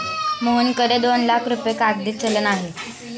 मोहनकडे दोन लाख रुपये कागदी चलन आहे